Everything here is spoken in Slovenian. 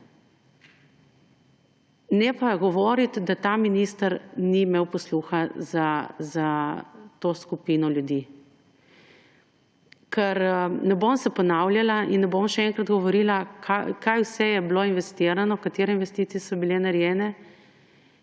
ne pa govoriti, da ta minister ni imel posluha za to skupino ljudi. Ker se ne bom ponavljala in ne bom še enkrat govorila, kaj vse je bilo investirano, katere investicije so bile narejene